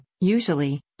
usually